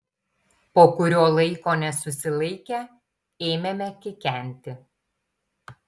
po kurio laiko nesusilaikę ėmėme kikenti